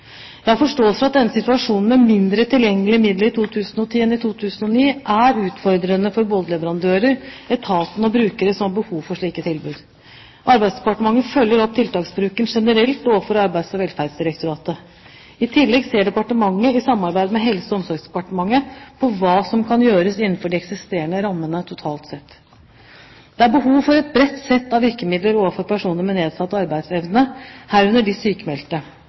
Jeg har forståelse for at denne situasjonen med mindre tilgjengelige midler i 2010 enn i 2009 er utfordrende for både leverandører, etaten og brukere som har behov for slike tilbud. Arbeidsdepartementet følger opp tiltaksbruken generelt overfor Arbeids- og velferdsdirektoratet. I tillegg ser departementet i samarbeid med Helse- og omsorgsdepartementet på hva som kan gjøres innenfor de eksisterende rammer totalt sett. Det er behov for et bredt sett av virkemidler overfor personer med nedsatt arbeidsevne, herunder de sykmeldte.